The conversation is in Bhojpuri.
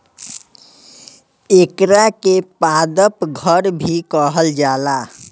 एकरा के पादप घर भी कहल जाला